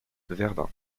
verdun